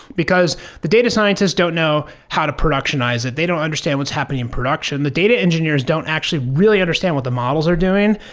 because the data scientists don't know how to productionize it. they don't understand what's happening in production. the data engineers don't actually really understand what the models are doing.